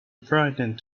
frightened